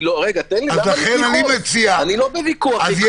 אני לא בוויכוח אתך.